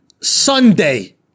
Sunday